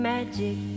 Magic